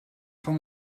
van